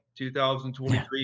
2023